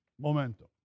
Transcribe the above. Momentum